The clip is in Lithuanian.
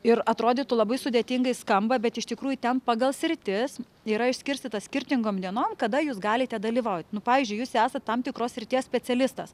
ir atrodytų labai sudėtingai skamba bet iš tikrųjų ten pagal sritis yra išskirstyta skirtingom dienom kada jūs galite dalyvaut nu pavyzdžiui jūs esat tam tikros srities specialistas